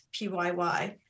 PYY